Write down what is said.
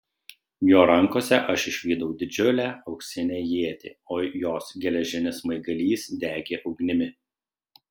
jo rankose aš išvydau didžiulę auksinę ietį o jos geležinis smaigalys degė ugnimi